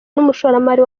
n’umushoramari